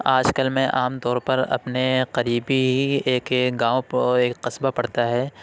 آج کل میں عام طور پر اپنے قریبی ایک گاؤں ایک قصبہ پڑتا ہے